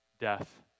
Death